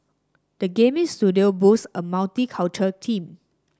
the gaming studio boasts a multicultural team